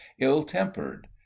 ill-tempered